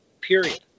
Period